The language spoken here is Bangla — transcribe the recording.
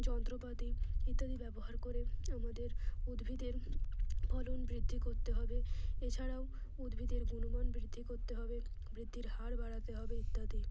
যন্ত্রপাতি ইত্যাদি ব্যবহার করে আমাদের উদ্ভিদের ফলন বৃদ্ধি করতে হবে এছাড়াও উদ্ভিদের গুণমান বৃদ্ধি করতে হবে বৃদ্ধির হার বাড়াতে হবে ইত্যাদি